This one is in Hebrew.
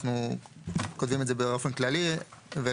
אנחנו כותבים את זה באופן כללי ולא